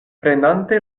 prenante